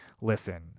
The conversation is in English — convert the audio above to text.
listen